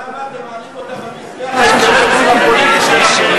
אז למה אתם מעלים אותה על מזבח האינטרסים הפוליטיים שלכם?